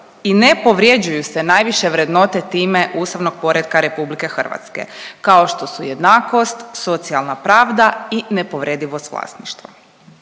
i ne povrjeđuju se najviše vrednote time ustavnog poretka RH, kao što su jednakost, socijalna pravda i nepovredivost vlasništva.